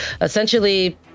essentially